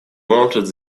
wanted